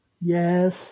Yes